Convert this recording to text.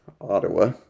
Ottawa